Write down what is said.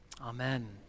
amen